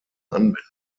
anwendung